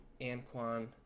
Anquan